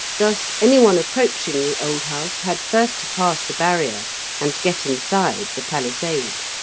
thus, anyone approaching the old house had first to pass the barrier and get inside the palisade.